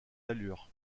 allure